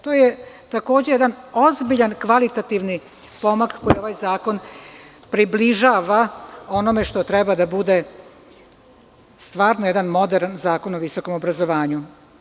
To je jedan ozbiljan kvalitativni pomak koji ovaj zakon približava onome što treba da bude stvarno jedan moderan Zakon o visokom obrazovanju.